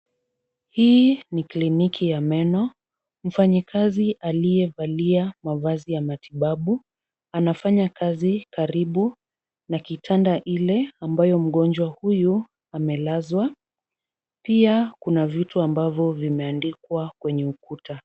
Hii ni kliniki ya meno. Mfanyikazi aliyevalia mavazi ya matibabu anafanya kazi karibu na kitanda ile ambayo mgonjwa huyu amelazwa. Pia kuna vitu ambavyo vimeandikwa kwenye ukuta.